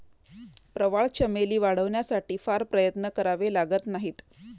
प्रवाळ चमेली वाढवण्यासाठी फार प्रयत्न करावे लागत नाहीत